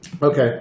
Okay